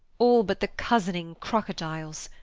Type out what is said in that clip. all but the cousening crocodiles,